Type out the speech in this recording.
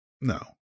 No